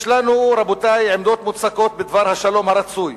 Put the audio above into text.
יש לנו, רבותי, עמדות מוצקות בדבר השלום הרצוי,